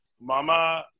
Mama